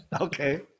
Okay